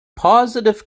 positive